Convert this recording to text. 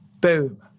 Boom